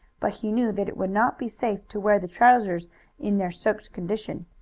but he knew that it would not be safe to wear the trousers in their soaked condition.